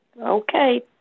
Okay